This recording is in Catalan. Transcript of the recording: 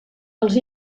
dels